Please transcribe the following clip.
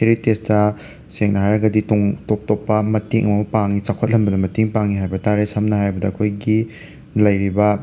ꯍꯦꯔꯤꯇꯦꯖꯇꯥ ꯁꯦꯡꯅ ꯍꯥꯏꯔꯒꯗꯤ ꯇꯣꯡ ꯇꯣꯞ ꯇꯣꯞꯄ ꯃꯇꯦꯡ ꯑꯃ ꯄꯥꯡꯏ ꯆꯥꯎꯈꯠꯍꯟꯕꯗ ꯃꯇꯦꯡ ꯄꯥꯡꯏ ꯍꯥꯏꯕꯇꯔꯦ ꯁꯝꯅ ꯍꯥꯏꯔꯕꯗ ꯑꯩꯈꯣꯏꯒꯤ ꯂꯩꯔꯤꯕ